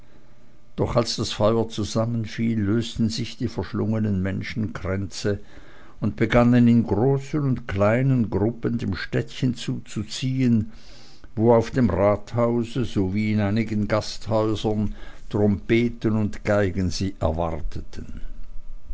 doch als das feuer zusammenfiel lösten sich die verschlungenen menschenkränze und begannen in großen und kleinen gruppen dem städtchen zuzuziehen wo auf dem rathause sowie in einigen gasthäusern trompeten und geigen sie erwarteten